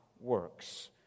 works